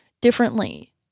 differently